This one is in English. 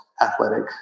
athletic